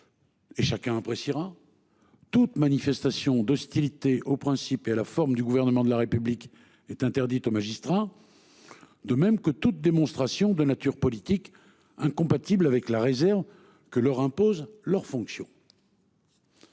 Et chacun appréciera. Toute manifestation d'hostilité aux principes et à la forme du gouvernement de la République est interdite aux magistrats. De même que toute démonstration de nature politique incompatible avec la réserve que leur impose leur fonction.